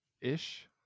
ish